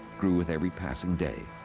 grew with every passing day.